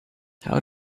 how